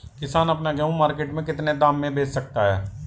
किसान अपना गेहूँ मार्केट में कितने दाम में बेच सकता है?